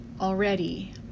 already